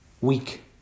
weak